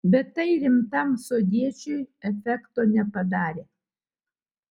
bet tai rimtam sodiečiui efekto nepadarė